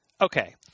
Okay